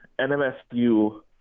NMSU